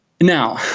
Now